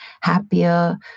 happier